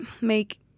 make